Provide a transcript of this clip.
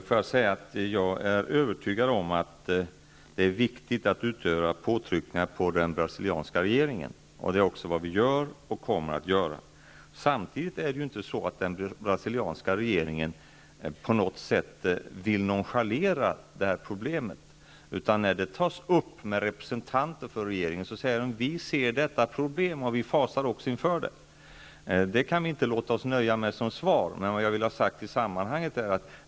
Herr talman! Jag är övertygad om att det är viktigt att utöva påtryckningar på den brasilianska regeringen. Det gör vi också, och kommer att göra. Den brasilianska regeringen vill inte nonchalera det här problemet. När det tas upp med representanter för regeringen säger de att de ser problemet och fasar inför det. Vi kan inte låta oss nöja med det svaret.